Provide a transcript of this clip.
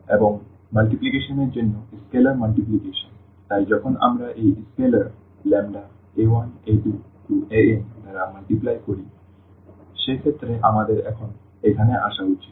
এবং গুণ এর জন্য স্কেলার মাল্টিপ্লিকেশন তাই যখন আমরা এই স্কেলার a1a2an দ্বারা গুণ করি সেক্ষেত্রে আমাদের এখন এখানে আসা উচিত